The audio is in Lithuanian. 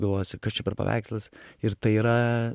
galvosi kas čia per paveikslas ir tai yra